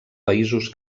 països